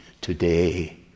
today